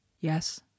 Yes